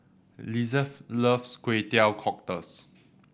Lizeth loves Kway Teow Cockles